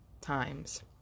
times